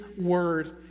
Word